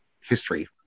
history